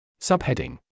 Subheading